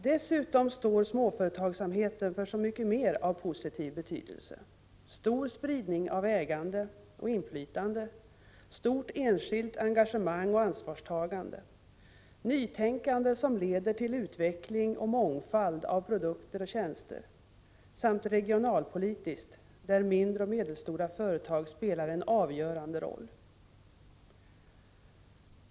Dessutom står småföretagsamheten för så mycket mer som är av positiv betydelse: stor spridning av ägande och inflytande — stort enskilt engagemang och ansvarstagande —, nytänkande som leder till utveckling och en mångfald av produkter och tjänster. Vidare kan nämnas regionalpolitiken, där mindre och medelstora företag spelar en avgörande roll.